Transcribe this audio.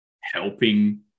helping